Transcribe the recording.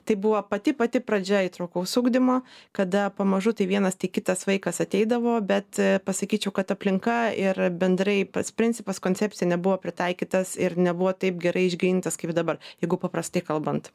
tai buvo pati pati pradžia įtraukaus ugdymo kada pamažu tai vienas tai kitas vaikas ateidavo bet pasakyčiau kad aplinka ir bendrai pats principas koncepcija nebuvo pritaikytas ir nebuvo taip gerai išgydytas kaip dabar jeigu paprastai kalbant